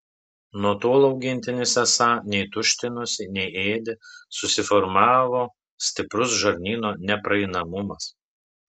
nuo tol augintinis esą nei tuštinosi nei ėdė susiformavo stiprus žarnyno nepraeinamumas